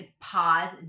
pause